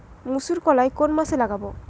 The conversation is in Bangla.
মুসুরকলাই কোন মাসে লাগাব?